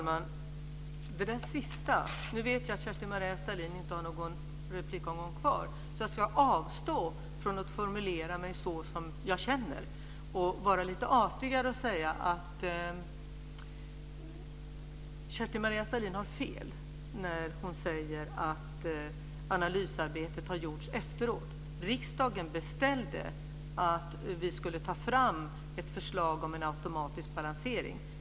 Fru talman! Jag vet att Kerstin-Maria Stalin inte har någon replik kvar. Jag ska därför avstå från att formulera mig så som jag känner och i stället vara lite artigare. Kerstin-Maria Stalin har fel när hon säger att analysarbetet har gjorts efteråt. Riksdagen beställde att vi skulle ta fram ett förslag om en automatisk balansering.